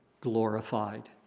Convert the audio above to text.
glorified